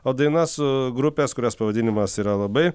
o daina su grupės kurios pavadinimas yra labai